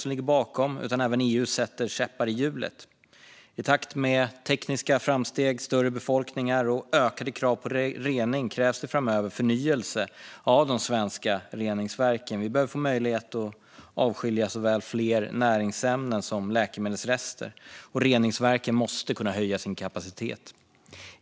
Det handlar även om att EU sätter käppar i hjulet. I takt med tekniska framsteg, större befolkningar och ökade krav på rening krävs det framöver förnyelse av de svenska reningsverken. Vi behöver få möjlighet att avskilja såväl fler näringsämnen som läkemedelsrester. Och reningsverken måste kunna höja sin kapacitet.